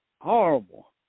horrible